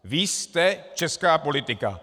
Vy jste česká politika.